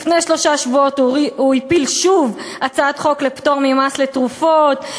לפני שלושה שבועות הוא הפיל שוב הצעת חוק לפטור ממס לתרופות,